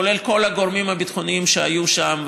כולל כל הגורמים הביטחוניים שהיו שם,